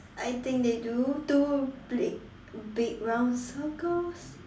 I think they do two big big round circles